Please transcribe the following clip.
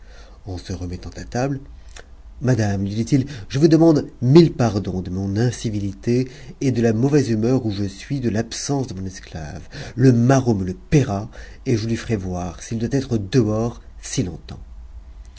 en se remettant à table madame lui dit-il je vous demande mille pardons de mon incivilité et de la mauvaise humeur où je suis de l'absence de mon esclave le maraud me le paiera et je lui ferai voir s'il doit être dehors si longtemps